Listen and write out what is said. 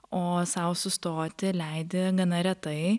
o sau sustoti leidi gana retai